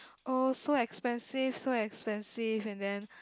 oh so expensive so expensive and then